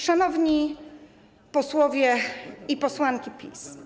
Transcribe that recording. Szanowni Posłowie i Posłanki PiS!